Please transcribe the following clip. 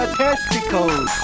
testicles